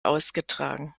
ausgetragen